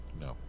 no